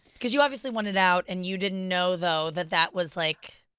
because you obviously wanted out, and you didn't know, though, that that was like,